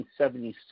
1976